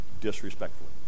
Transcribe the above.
disrespectfully